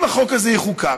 אם החוק הזה יחוקק,